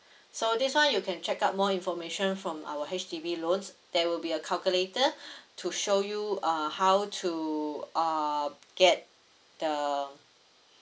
so this one you can check out more information from our H_D_B loans there will be a calculator to show you uh how to uh get the